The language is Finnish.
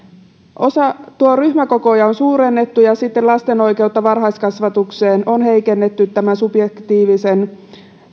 ryhmäkokoja on suurennettu ja sitten lasten oikeutta varhaiskasvatukseen on heikennetty tämän subjektiivisen